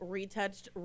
retouched